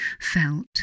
felt